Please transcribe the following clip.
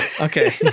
Okay